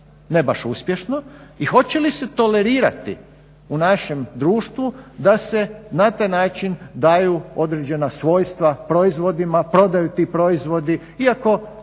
ne baš uspješno i hoće li se tolerirati u našem društvu da se na taj način daju određena svojstva proizvodima, prodaju ti proizvodi iako to